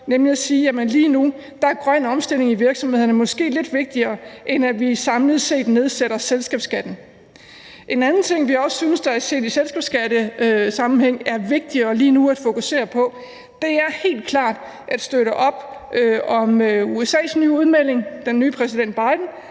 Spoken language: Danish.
rede for, er grøn omstilling i virksomhederne måske lidt vigtigere lige nu, end at vi samlet set nedsætter selskabsskatten. En anden ting, vi også i selskabsskattesammenhæng synes er vigtigere lige nu at fokusere på, er helt klart at støtte op om USA's nye udmelding fra præsident Biden,